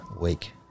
week